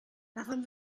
davon